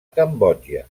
cambodja